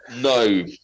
No